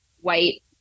white